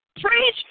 Preach